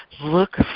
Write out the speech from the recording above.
look